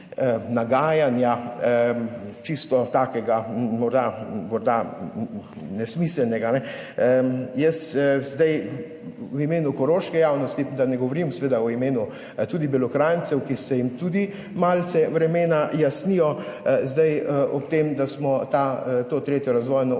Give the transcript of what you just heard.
nagajanja, čisto takega, morda nesmiselnega. Jaz zdaj v imenu koroške javnosti, da ne govorim seveda tudi v imenu Belokranjcev, ki se jim tudi malce vremena jasnijo zdaj ob tem, da smo to 3. razvojno os